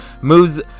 moves